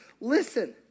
listen